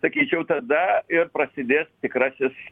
sakyčiau tada ir prasidės tikrasis